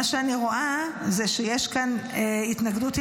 מה שאני רואה זה שיש כאן התנגדות עניינית.